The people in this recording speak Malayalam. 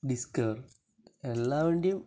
ഡിസ്ക്കർ എല്ലാ വണ്ടിയും